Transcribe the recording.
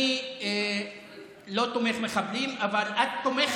אני לא תומך